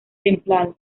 templado